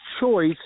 choice